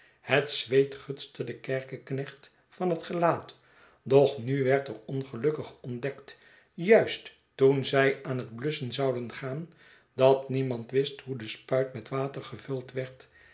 het zweet gudste den kerkeknecht van het gelaat doch nu werd er ongelukkig ontdekt juist toen zij aan het blusschen zouden gaan dat niemand wist hoe de spuit met water gevuld werd